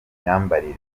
myambarire